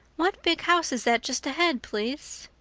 what big house is that just ahead, please?